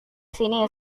sini